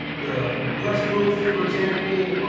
the press booth, for example,